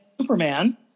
Superman